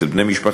אצל בני משפחתי,